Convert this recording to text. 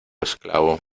esclavo